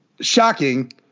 shocking